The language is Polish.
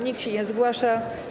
Nikt się nie zgłasza.